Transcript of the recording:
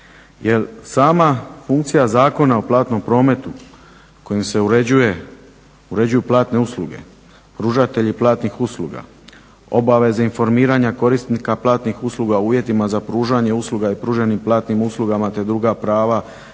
sama funkcija Zakona o platnom prometu kojim se uređuju platne usluge, pružatelji platnih usluga, obaveze informiranja korisnika platnih usluga u uvjetima za pružanje usluga i pruženim platnim uslugama te druga prava